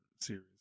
series